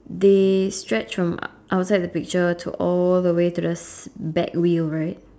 they stretch from outside the picture to all the way to the back wheel right